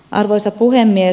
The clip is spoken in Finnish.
arvoisa puhemies